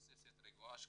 מבוססת רגועה ושקולה.